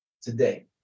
today